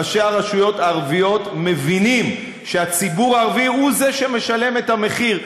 ראשי הרשויות הערביות מבינים שהציבור הערבי הוא שמשלם את המחיר.